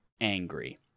angry